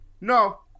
No